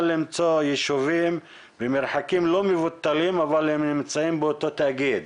למצוא יישובים במרחקים לא מבוטלים אבל הם נמצאים באותו תאגיד.